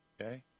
Okay